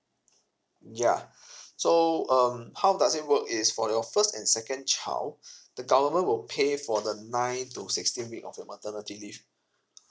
ya so um how does it work is for your first and second child the government will pay for the nine to sixteen week of your maternity leave